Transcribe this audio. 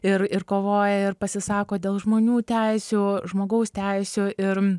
ir ir kovoja ir pasisako dėl žmonių teisių žmogaus teisių ir